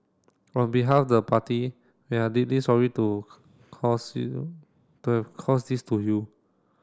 on behalf the party we are deeply sorry to to have caused this to you